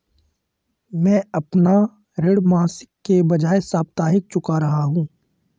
मैं अपना ऋण मासिक के बजाय साप्ताहिक चुका रहा हूँ